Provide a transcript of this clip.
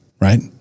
Right